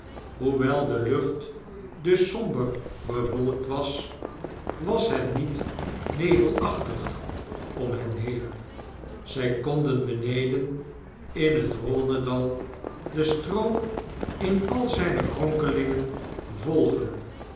hoewel de lucht dus somber bewolkt was was het niet nevelachtig om hen heen zy konden beneden in het rbdnedal den stroom in al zjjne kronkelingen volgen